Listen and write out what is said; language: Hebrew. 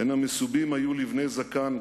בין המסובים היו לבני זקן,